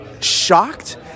shocked